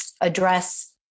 address